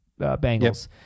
Bengals